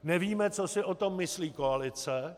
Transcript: Nevíme, co si o tom myslí koalice.